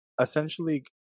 essentially